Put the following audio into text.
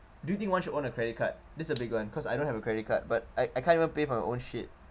do you think one should own a credit card this a big one because I don't have a credit card but I I can't even pay for my own shit